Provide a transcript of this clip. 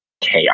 chaos